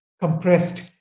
compressed